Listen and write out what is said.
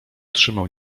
trzymał